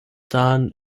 dahin